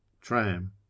Tram